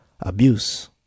abuse